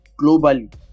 globally